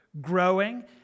growing